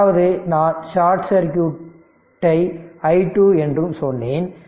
அதாவது நான் short circuit ஐ i2 என்றும் சொன்னேன்